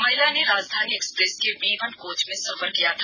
महिला ने राजधानी एक्सप्रेस के बी वन कोच में सफर किया था